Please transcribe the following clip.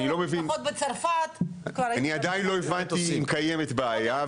אני עדיין לא הבנתי אם קיימת בעיה,